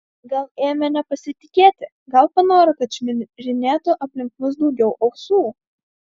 gal ėmė nepasitikėti gal panoro kad šmirinėtų aplink mus daugiau ausų